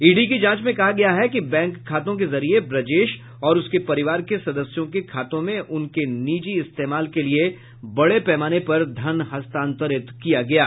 ED की जांच में कहा गया है कि बैंक खातों के जरिये ब्रजेश और उसके परिवार के सदस्यों के खातों में उनके निजी इस्तेमाल के लिए बड़े पैमाने पर धन हस्तांतरित किया गया था